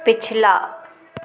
पिछला